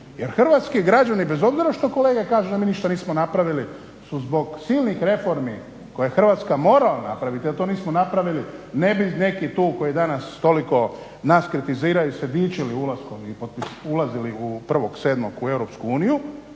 jer hrvatski građani bez obzira što kolega kaže da mi ništa nismo napravili zbog silnih reformi koje je Hrvatska morala napraviti da to nismo napravili ne bi neki tu koji danas toliko nas kritiziraju se dičili ulaskom i ulazili 1.7. u EU